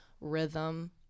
rhythm